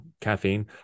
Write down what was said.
caffeine